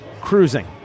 cruising